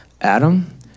Adam